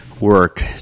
work